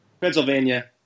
Pennsylvania